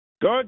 Good